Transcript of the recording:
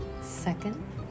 Second